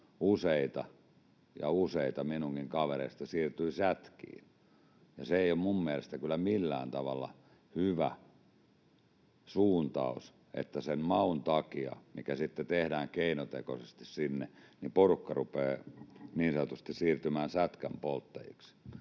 useita ja useita minunkin kavereistani siirtyi sätkiin — ja se ei ole minun mielestäni kyllä millään tavalla hyvä suuntaus, että sen maun takia, mikä sitten tehdään keinotekoisesti sinne, porukka rupeaa niin sanotusti siirtymään sätkänpolttajiksi.